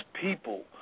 people